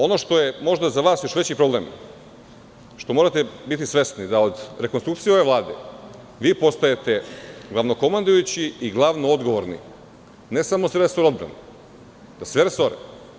Ono što je možda za vas još veći problem je što morate biti svesni da od rekonstrukcije ove vlade vi postajete glavnokomandujući i glavnoodgovorni, ne samo za resor odbrane, za sve resore.